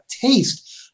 taste